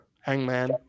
Hangman